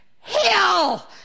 hell